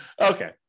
Okay